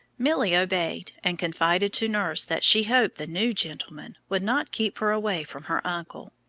milly obeyed, and confided to nurse that she hoped the new gentleman would not keep her away from her uncle.